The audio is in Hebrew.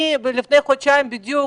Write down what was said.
לפני חודשיים בדיוק,